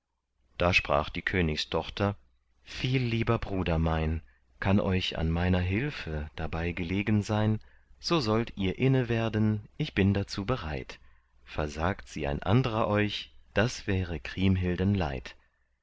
da sprach die königstochter viel lieber bruder mein kann euch an meiner hilfe dabei gelegen sein so sollt ihr inne werden ich bin dazu bereit versagte sie ein andrer euch das wäre kriemhilden leid